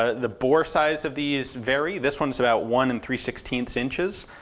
ah the bore size of these vary, this one is about one and three sixteen inches.